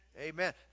Amen